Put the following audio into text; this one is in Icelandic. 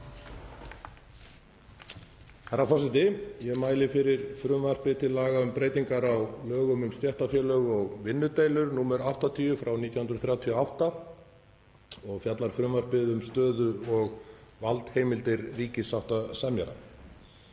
Herra forseti. Ég mæli fyrir frumvarpi til laga um breytingu á lögum um stéttarfélög og vinnudeilur, nr. 80/1938, og fjallar frumvarpið um stöðu og valdheimildir ríkissáttasemjara.